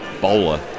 bowler